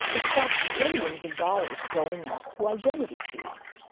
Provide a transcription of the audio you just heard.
it stopped billions of dollars going out to identity thieves.